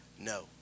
No